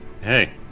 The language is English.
hey